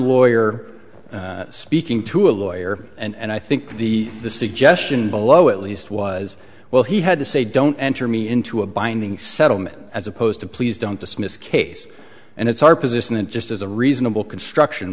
lawyer speaking to a lawyer and i think the the suggestion below at least was well he had to say don't enter me into a binding settlement as opposed to please don't dismiss case and it's our position and just as a reasonable construction